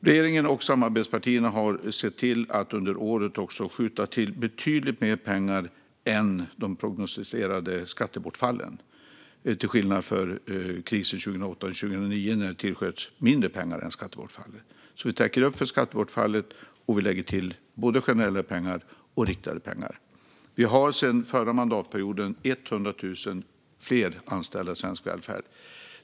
Regeringen och samarbetspartierna har sett till att under året skjuta till betydligt mer pengar än de prognostiserade skattebortfallen, till skillnad från krisen 2008-2009 när det tillsköts mindre pengar än skattebortfallet. Vi täcker upp för skattebortfallet, och vi lägger till generella pengar och riktade pengar. Sedan förra mandatperioden finns 100 000 fler anställda i svensk välfärd.